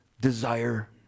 desire